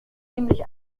ziemlich